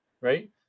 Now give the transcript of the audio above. right